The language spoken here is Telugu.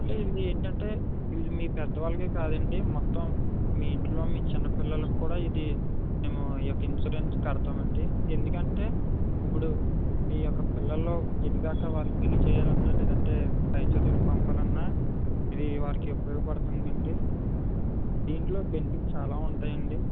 అంటే ఇది ఏంటంటే ఇది మీ పెద్ద వాళ్ళకే కాదు అండి మొత్తం మీ ఇంట్లో మీ చిన్న పిల్లలకి కూడా ఇది మేము ఈ యొక్క ఇన్షురెన్సు కడతాము అండి ఎందుకంటే ఇప్పుడు మీ యొక్క పిల్లలు ఎదిగాకా వారికి పెళ్ళి చెయ్యాలి అన్నా లేదంటే పై చదువులకు పంపాలి అన్నా ఇది వారికి ఉపయోగాపడుతుంది అండి దీంట్లో బెనిఫిట్స్ చాలా ఉంటాయి అండి